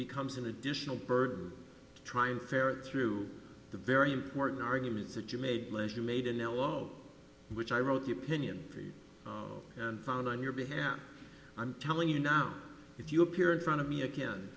becomes an additional burden to try and ferret through the very important arguments that you made leasure made an elo which i wrote the opinion and found on your behalf i'm telling you now if you appear in front of me again